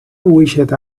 wished